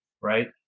right